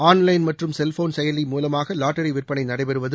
online மற்றும் cellphone செயலி மூலமாக லாட்டரி விற்பனை நடைபெறுவது